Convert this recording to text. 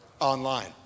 online